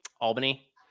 Albany